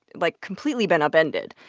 like, completely been upended,